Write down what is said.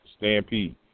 Stampede